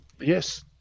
yes